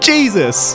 Jesus